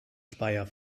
speyer